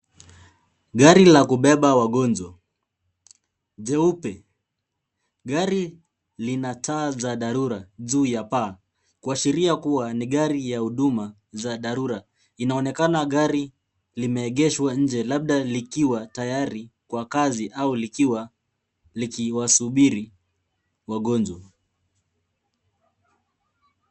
Gari la kubeba wagonjwa jeupe. Gari lina taa za dharura juu ya paa. Kuashiria kuwa ni gari ya huduma za dharura. Inaonekana gari limeegeshwa nje labda likiwa tayari kwa kazi au likiwa likiwasubiri wagonjwa.